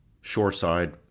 shoreside